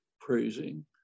praising